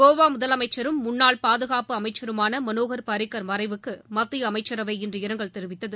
கோவா முதலமைச்சரும் முன்னாள் பாதுகாப்பு அமைச்சருமான மனோகர் பாரிக்கர் மறைவுக்கு மத்திய அமைச்சரவை இன்று இரங்கல் தெரிவித்தது